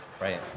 right